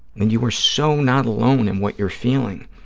you are so not alone in what you're feeling.